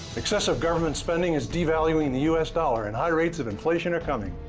excessive government spending is devaluing the us dollar, and high rates of inflation are coming.